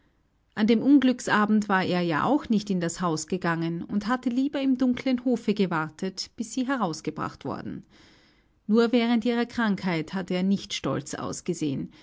an dem unglücksabend war er ja auch nicht in das haus gegangen und hatte lieber im dunklen hofe gewartet bis sie herausgebracht worden nur während ihrer krankheit hatte er nicht stolz ausgesehen